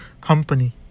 company